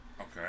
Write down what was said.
Okay